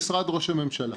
ממשרד ראש הממשלה,